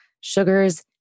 Sugars